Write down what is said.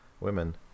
women